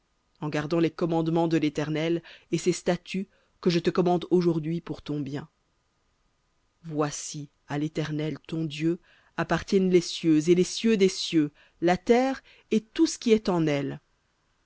en gardant les commandements de l'éternel et ses statuts que je te commande aujourd'hui pour ton bien voici à l'éternel ton dieu appartiennent les cieux et les cieux des cieux la terre et tout ce qui est en elle